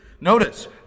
Notice